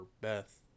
Beth